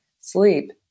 sleep